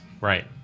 right